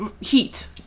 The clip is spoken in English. heat